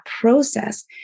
process